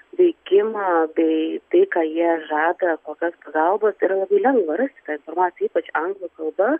veikimą bei tai ką jie žada kokias pagalbas yra labai lengva rasti tą informaciją ypač anglų kalba